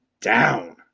down